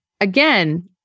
again